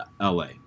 LA